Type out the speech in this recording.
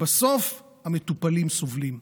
ובסוף המטופלים סובלים.